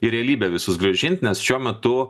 į realybę visus grąžint nes šiuo metu